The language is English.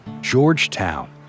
Georgetown